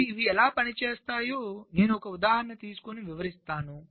ఇప్పుడు ఇవి ఎలా పని చేస్తాయో నేను ఒక ఉదాహరణ తీసుకుని వివరిస్తాను